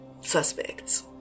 suspects